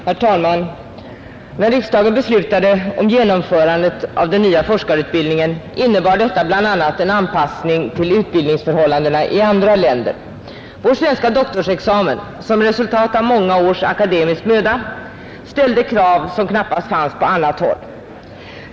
Herr talman! När riksdagen beslutade om den nya forskarutbildningen innebar detta bl.a. en anpassning till utbildningsförhållandena i andra länder. Vår svenska doktorsexamen som resultat av många års akademisk möda ställde krav som knappast fanns på annat håll.